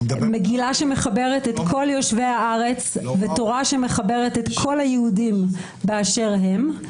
מגילה שמחברת את כל יושבי הארץ ותורה שמחברת את כל היהודים באשר הם.